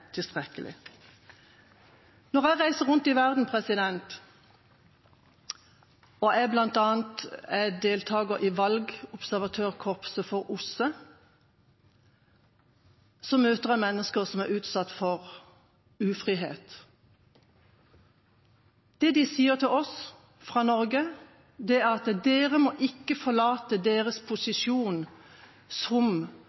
tilstrekkelig. Når jeg reiser rundt i verden – jeg er bl.a. deltaker i valgobservatørkorpset for OSSE – møter jeg mennesker som er utsatt for ufrihet. Det de sier til oss fra Norge, er at dere ikke må forlate deres